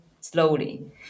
slowly